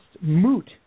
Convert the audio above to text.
moot